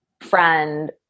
friend